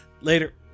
Later